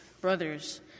Brothers